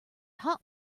hot